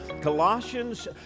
Colossians